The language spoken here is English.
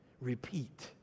Repeat